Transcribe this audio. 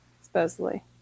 Supposedly